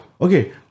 Okay